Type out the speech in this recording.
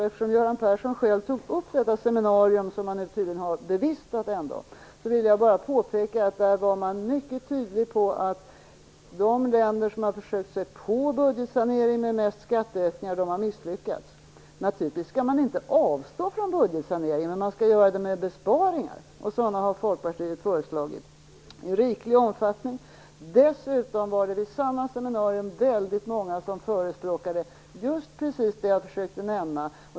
Eftersom Göran Persson själv tog upp detta seminarium som han tydligen har bevistat, vill jag bara påpeka att man där mycket tydligt uttalade att de länder som har försökt sig på budgetsanering genom skattehöjningar har misslyckats. Naturligtvis skall man inte avstå från budgetsanering, men man skall göra det genom besparingar, och sådana har Folkpartiet föreslagit i riklig omfattning. Vid samma seminarium var det dessutom väldigt många som förespråkade just det som jag försökte säga.